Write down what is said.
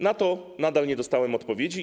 Na to nadal nie dostałem odpowiedzi.